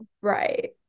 Right